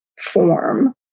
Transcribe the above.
form